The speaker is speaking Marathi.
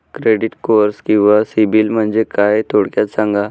क्रेडिट स्कोअर किंवा सिबिल म्हणजे काय? थोडक्यात सांगा